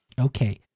Okay